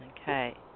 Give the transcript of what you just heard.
Okay